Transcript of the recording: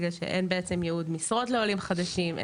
בגלל שאין בעצם ייעוד משרות לעולים חדשים.